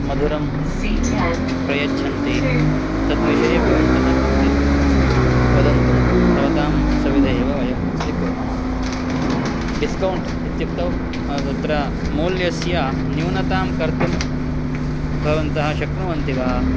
मधुरं प्रयच्छन्ति तद्विषये भवन्तः किञ्चित् वदन्तु भवतां सविधे एव वयं स्वीकुर्मः डिस्कौण्ट् इत्युक्तौ तत्र मौल्यस्य न्यूनतां कर्तुं भवन्तः शक्नुवन्ति वा